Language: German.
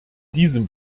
diesem